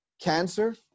Cancer